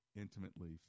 intimately